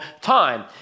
time